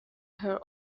her